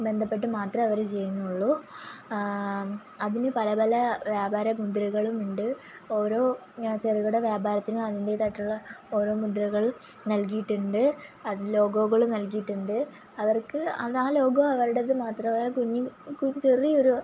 ബന്ധപ്പെട്ട് മാത്രമേ അവർ ചെയ്യുന്നുള്ളൂ അതിന് പല പല വ്യാപാര മുദ്രകളും ഉണ്ട് ഓരോ ചെറുകിട വ്യാപാരത്തിനും അതിൻറേതായിട്ടുള്ള ഓരോ മുദ്രകൾ നൽകിയിട്ടുണ്ട് അതിന് ലോഗോകൾ നൽകിയിട്ടുണ്ട് അവർക്ക് അത് ആ ലോഗോ അവരുടേത് മാത്രമായ കുഞ്ഞി കുഞ്ഞി ചെറിയൊരു